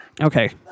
Okay